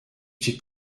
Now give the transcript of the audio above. t’es